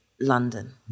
London